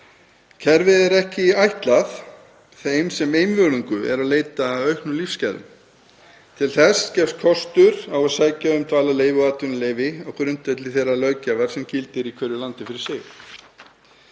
Kerfið er ekki ætlað þeim sem einvörðungu eru að leita auknum lífsgæðum. Til þess gefst kostur á að sækja um dvalarleyfi og atvinnuleyfi á grundvelli þeirrar löggjafar sem gildir í hverju landi fyrir sig.